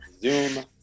Zoom